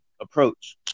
approach